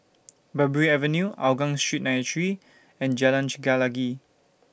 Parbury Avenue Hougang Street nine three and Jalan Chelagi